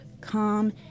calm